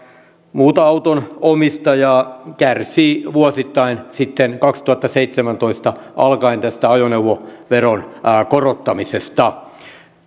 muuta autonomistajaa kärsivät vuosittain sitten kaksituhattaseitsemäntoista alkaen tästä ajoneuvoveron korottamisesta